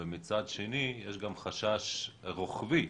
מצד אחד יש חשש רוחבי,